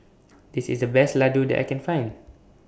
This IS The Best Laddu that I Can Find